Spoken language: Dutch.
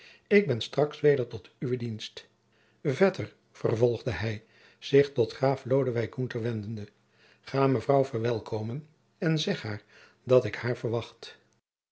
ik ben straks weder tot uwe dienst vetter vervolgde hij zich tot graaf lodewijk gunther wendende ga mevrouw verwelkomen en zeg haar dat ik haar verwacht